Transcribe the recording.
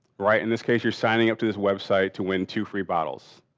right. in this case you're signing up to this website to win two free bottles.